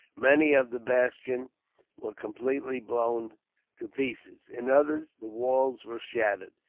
many of the bastions were completely blown to pieces. in others, the walls were shattered.